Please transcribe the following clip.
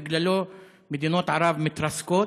בגללו מדינות ערב מתרסקות.